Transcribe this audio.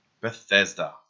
Bethesda